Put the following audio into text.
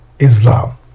Islam